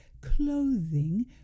clothing